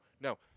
no